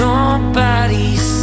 Nobody's